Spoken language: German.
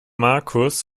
marcus